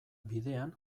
bidean